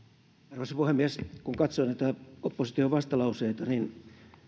arvoisa puhemies kun katsoo näitä opposition vastalauseita niin